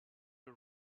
the